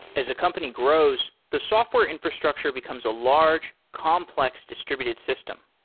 as a company grows, the software infrastructure becomes a large, complex distributed system.